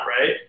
right